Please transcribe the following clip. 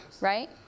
right